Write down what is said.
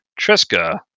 Triska